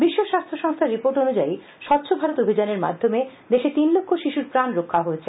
বিশ্ব স্বাস্থ্য সংস্হার রিপোর্ট অনুযায়ী স্বচ্ছ ভারত অভিযানের মাধ্যমে দেশে তিন লক্ষ শিশুর প্রাণ রক্ষা হয়েছে